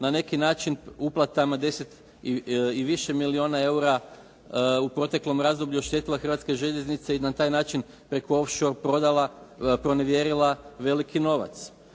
na neki način uplata 10 i više milijuna eura u proteklom razdoblju oštetila Hrvatske željeznice i na taj način preko off shore prodala, pronevjerila veliki novac.